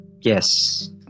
Yes